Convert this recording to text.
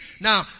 Now